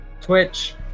Twitch